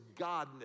godness